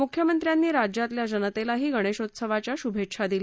मुख्यमंत्र्यांनी राज्यातल्या जनतेलाही गणेशोत्सवाच्या शुभेच्छा दिल्या आहेत